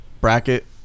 bracket